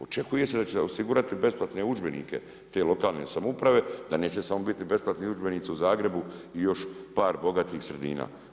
Očekuje se da će osigurati besplatne udžbenike te lokalne samouprave, da neće samo biti besplatni udžbenici u Zagrebu i još par bogatih sredina.